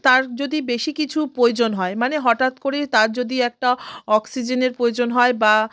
তার যদি বেশি কিছু প্রয়জন হয় মানে হটাৎ করে তার যদি একটা অক্সিজেনের প্রয়জন হয় বা